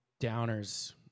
Downers